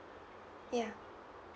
yeah